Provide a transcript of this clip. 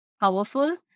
powerful